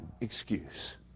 excuse